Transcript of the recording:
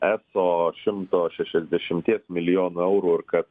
eso šimto šešiasdešimties milijonų eurų ir kad